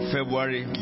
February